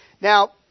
Now